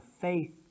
faith